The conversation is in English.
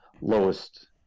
lowest